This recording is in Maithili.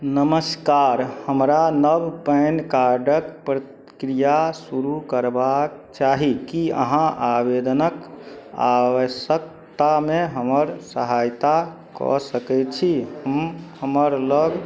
नमस्कार हमरा नव पैन कार्डके प्रक्रिया शुरू करबाक चाही कि अहाँ आवेदनके आवश्यकतामे हमर सहायता कऽ सकै छी हम हमरलग